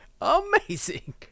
amazing